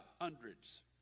hundreds